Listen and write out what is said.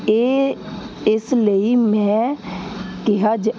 ਇਹ ਇਸ ਲਈ ਮੈਂ ਕਿਹਾ ਜ